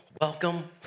welcome